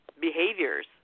behaviors